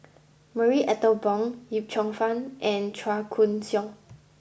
Marie Ethel Bong Yip Cheong Fun and Chua Koon Siong